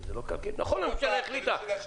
נכון, הממשלה החליטה.